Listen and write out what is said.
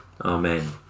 Amen